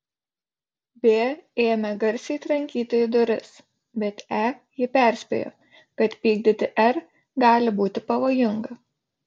b ėmė garsiai trankyti į duris bet e jį perspėjo kad pykdyti r gali būti pavojinga